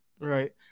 right